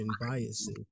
biases